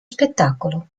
spettacolo